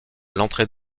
l’entrée